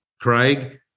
Craig